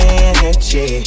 energy